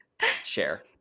Share